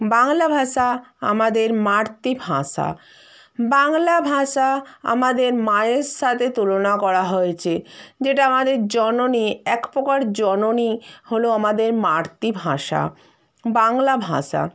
বাংলা ভাষা আমাদের মাতৃভাষা বাংলা ভাষা আমাদের মায়ের সাথে তুলনা করা হয় হয়েছে যেটা আমাদের জননী এক পোকার জননী হলো আমাদের মাতৃভাষা বাংলা ভাষা